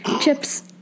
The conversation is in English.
Chips